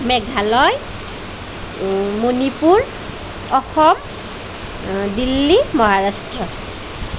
Meghalaya Manipur Assam Delhi Maharashtra